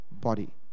body